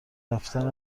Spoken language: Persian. رفتن